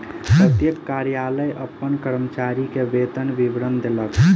प्रत्येक कार्यालय अपन कर्मचारी के वेतन विवरण देलक